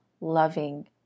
loving